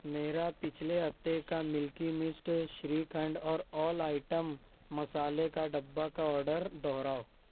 میرا پچھلے ہفتے کا ملکی مسٹ شری کھنڈ اور آل آئٹم مسالے کا ڈبا کا آڈر دوہراؤ